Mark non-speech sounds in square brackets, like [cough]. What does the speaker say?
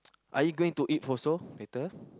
are you going to eat also [breath] later